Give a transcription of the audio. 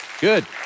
good